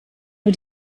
nur